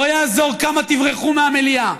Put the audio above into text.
לא יעזור כמה תברחו מהמליאה,